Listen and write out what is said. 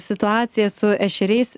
situacija su ešeriais